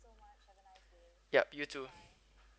yup you too